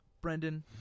Brendan